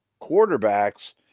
quarterbacks